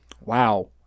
Wow